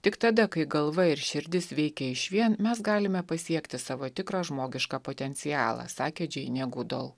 tik tada kai galva ir širdis veikia išvien mes galime pasiekti savo tikrą žmogišką potencialą sakė džeinė gudol